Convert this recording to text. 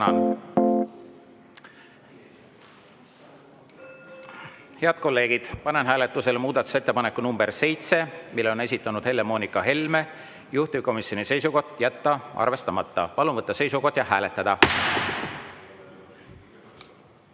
kolleegid, panen hääletusele muudatusettepaneku nr 7, mille on esitanud Helle-Moonika Helme, juhtivkomisjoni seisukoht: jätta arvestamata. Palun võtta seisukoht ja hääletada!